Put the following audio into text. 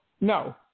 No